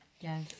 Yes